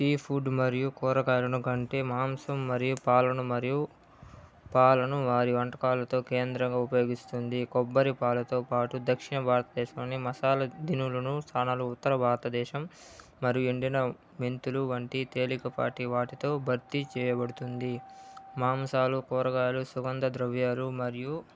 sea food మరియు కూరగాయలను కంటే మాంసం మరియు పాలను మరియు పాలను వారి వంటకాలతో కేంద్రంగా ఉపయోగిస్తుంది కొబ్బరి పాలతో పాటు దక్షిణభారతదేశాన్ని మసాలా దినులను సానళ్లు ఉత్తర భారతదేశం మరియు ఎండిన మెంతులు వంటి తేలికపాటి వాటితో భర్తీ చేయబడుతుంది మాంసాలు కూరగాయలు సుగంధ ద్రవ్యాలు మరియు